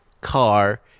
car